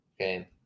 okay